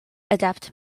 adept